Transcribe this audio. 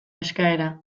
eskaera